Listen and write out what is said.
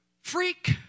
Freak